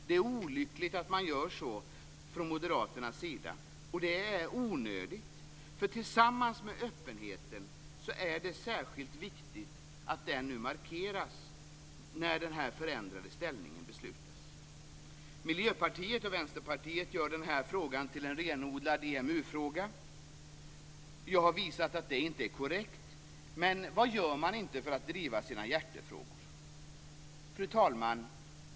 Det är olyckligt att man gör så från moderaternas sida, och det är också onödigt. Tillsammans med öppenheten är det särskilt viktigt att detta nu markeras när den förändrade ställningen beslutas. Miljöpartiet och Vänsterpartiet gör den här frågan till en renodlad EMU fråga. Jag har visat att det inte är korrekt, men vad gör man inte för att driva sina hjärtefrågor. Fru talman!